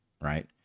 right